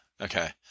Okay